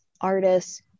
artists